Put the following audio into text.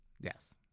Yes